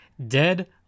dead